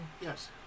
Yes